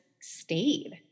stayed